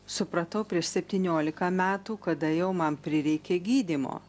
supratau prieš septyniolika metų kada jau man prireikė gydymo